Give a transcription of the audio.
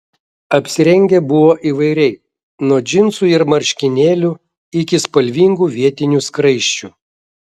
apsirengę buvo įvairiai nuo džinsų ir marškinėlių iki spalvingų vietinių skraisčių